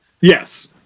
yes